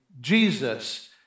Jesus